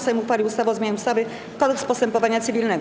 Sejm uchwalił ustawę o zmianie ustawy - Kodeks postępowania cywilnego.